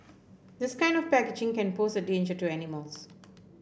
this kind of packaging can pose a danger to animals